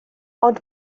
ond